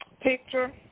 Picture